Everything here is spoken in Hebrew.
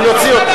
אני אוציא אותו.